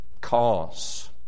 cause